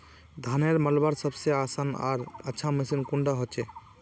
धानेर मलवार सबसे आसान आर अच्छा मशीन कुन डा होचए?